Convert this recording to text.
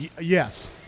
Yes